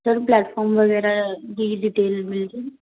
sir platform ਵਗੈਰਾ ਦੀ detail ਮਿਲ ਜੂਗੀ